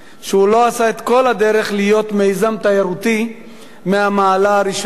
שהוא לא עשה את כל הדרך להיות מיזם תיירותי מהמעלה הראשונה.